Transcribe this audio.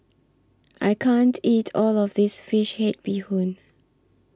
I can't eat All of This Fish Head Bee Hoon